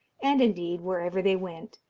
and indeed wherever they went,